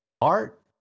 art